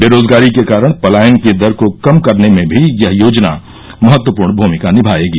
बेरोजगारी के कारण पलायन की दर को कम करने में भी यह योजना महत्वपूर्ण भूमिका निभायेगी